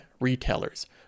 retailers